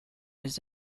his